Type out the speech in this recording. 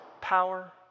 power